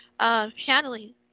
channeling